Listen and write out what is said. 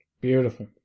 Beautiful